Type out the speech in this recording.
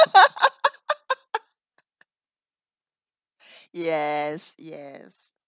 yes yes